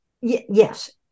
Yes